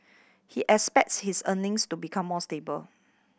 he expects his earnings to become more stable